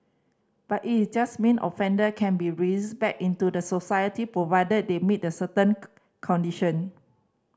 but it is just mean offender can be back into the society provided they meet the certain condition